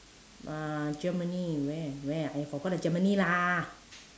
uh germany where where I forgot the germany lah